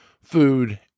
food